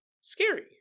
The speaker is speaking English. scary